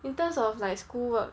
in terms of like school work